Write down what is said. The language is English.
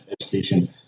education